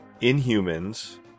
inhumans